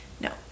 No